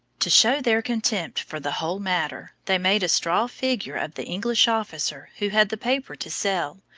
to show their contempt for the whole matter, they made a straw figure of the english officer who had the paper to sell,